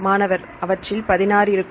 மாணவர் அவற்றில் 16 இருக்கும்